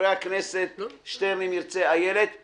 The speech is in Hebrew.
חברי הכנסת אלעזר שטרן ואיילת נחמיאס ורבין,